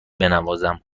بنوازم